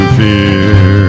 fear